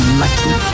lucky